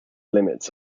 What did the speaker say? limits